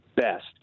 best